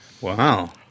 Wow